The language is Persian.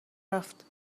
رفت